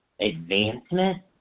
advancement